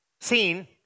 seen